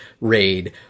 raid